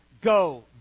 go